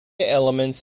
elements